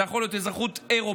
זה יכול להיות אזרחות אירופית,